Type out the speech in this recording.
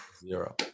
zero